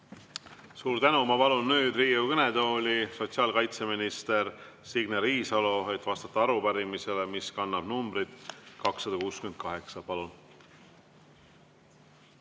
Aitäh! Ma palun nüüd Riigikogu kõnetooli sotsiaalkaitseminister Signe Riisalo, et vastata arupärimisele, mis kannab numbrit 324. Palun!